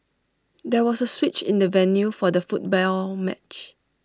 there was A switch in the venue for the football match